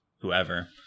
whoever